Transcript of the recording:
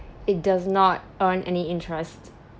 it does not earn any interest